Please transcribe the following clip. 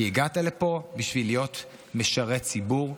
כי הגעת לפה בשביל להיות משרת ציבור,